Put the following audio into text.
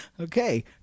Okay